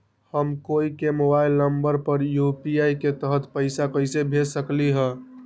हम कोई के मोबाइल नंबर पर यू.पी.आई के तहत पईसा कईसे भेज सकली ह?